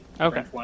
Okay